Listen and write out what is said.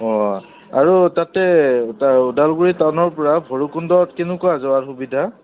অঁ আৰু তাতে ওদালগুৰি টাউনৰ পৰা ভৈৰৱকুণ্ডত কেনেকুৱা যোৱাৰ সুবিধা